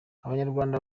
abanyarwanda